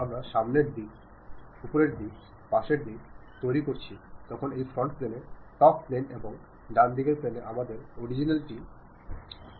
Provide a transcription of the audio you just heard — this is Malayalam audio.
ആശയവിനിമയത്തിന്റെ ഫലപ്രാപ്തിയെക്കുറിച്ച് സംസാരിക്കുമ്പോൾ ആശയവിനിമയ കഴിവുകൾ എങ്ങനെ ഫലപ്രദവും ഉപയോഗപ്രദവുമാണെന്ന് മനസിലാക്കാൻ ശ്രമിക്കാം